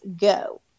Go